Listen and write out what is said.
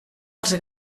els